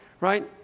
Right